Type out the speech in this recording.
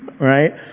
right